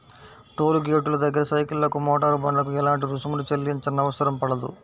toll గేటుల దగ్గర సైకిళ్లకు, మోటారు బండ్లకు ఎలాంటి రుసుమును చెల్లించనవసరం పడదు